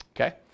okay